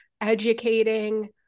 educating